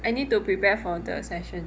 I need to prepare for the session